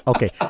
Okay